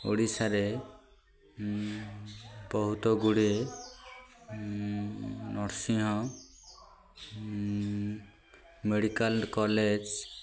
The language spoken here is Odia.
ଓଡ଼ିଶାରେ ବହୁତ ଗୁଡ଼ିଏନର୍ସିଂ ହୋମ୍ ମେଡିକାଲ୍ କଲେଜ୍